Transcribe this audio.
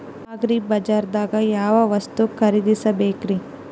ಅಗ್ರಿಬಜಾರ್ದಾಗ್ ಯಾವ ವಸ್ತು ಖರೇದಿಸಬೇಕ್ರಿ?